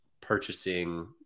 purchasing